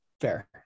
Fair